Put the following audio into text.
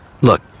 Look